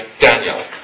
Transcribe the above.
Daniel